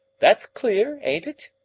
that's clear, ain't it?